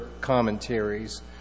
commentaries